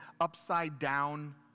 upside-down